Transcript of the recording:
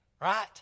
right